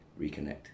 reconnect